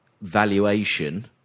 valuation